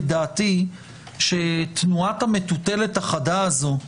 את דעתי שתנועת המטוטלת החדה הזו של